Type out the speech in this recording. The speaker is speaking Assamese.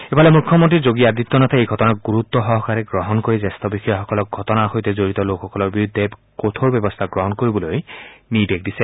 ইফালে মুখ্যমন্ত্ৰী যোগী আদিত্যনাথে এই ঘটনাক গুৰুত্বসহকাৰে গ্ৰহণ কৰি জ্যেষ্ঠ বিষয়াসকলক ঘটনাত জড়িত লোকসকলৰ বিৰুদ্ধে কঠোৰ ব্যৱস্থা গ্ৰহণ কৰিবলৈ নিৰ্দেশ দিছে